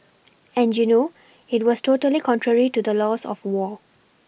and you know it was totally contrary to the laws of war